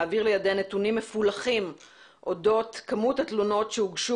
להעביר לידיה נתונים מפולחים אודות כמות התלונות שהוגשו